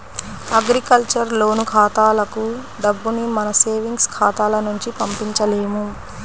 agriculture loan ఖాతాలకు డబ్బుని మన సేవింగ్స్ ఖాతాల నుంచి పంపించలేము